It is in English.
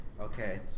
Okay